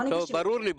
ברור לי.